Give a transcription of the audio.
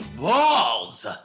Balls